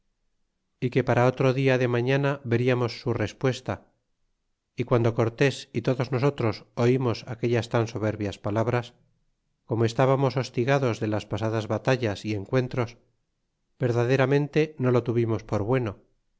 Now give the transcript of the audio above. é que para otro dia de mañana vertamos su respuesta y guando cortés y todos nosotros olmos aquellas tan soberbias palabras como estábamos ostigados de las pasadas batallas é encuentros verdaderamente no lo tuvimos por bueno